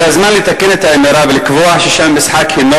זה הזמן לתקן את האמירה ולקבוע ששם המשחק הינו